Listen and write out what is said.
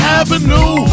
avenue